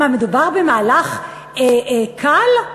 מה, מדובר במהלך קל?